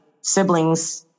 siblings